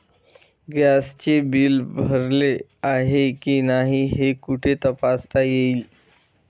गॅसचे बिल भरले आहे की नाही हे कुठे तपासता येईल?